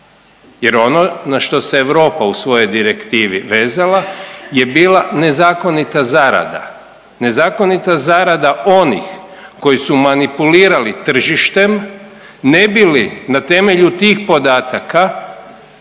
jer ono na što se Europa u svojoj direktivi vezala je bila nezakonita zarada. Nezakonita zarada onih koji su manipulirali tržištem ne bi li na temelju tih podataka